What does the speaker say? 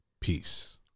Peace